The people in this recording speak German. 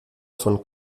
von